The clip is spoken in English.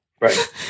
Right